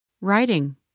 Writing